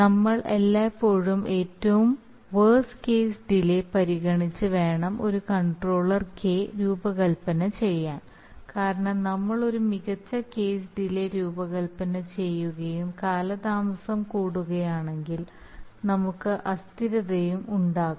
നമ്മൾ എല്ലായ്പ്പോഴും ഏറ്റവും വർസ്റ്റ് കേസ് ഡിലേ പരിഗണിച്ച് വേണം ഒരു കൺട്രോളർ k രൂപകൽപ്പന ചെയ്യാൻ കാരണം നമ്മൾ ഒരു മികച്ച കേസ് ഡിലേ രൂപകൽപ്പന ചെയ്യുകയും കാലതാമസം കൂടുതലാണെങ്കിൽ നമുക്ക് അസ്ഥിരതയും ഉണ്ടാകാം